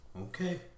okay